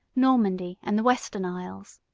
normandy, and the western isles.